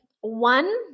One